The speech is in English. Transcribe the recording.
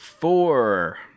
four